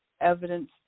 evidence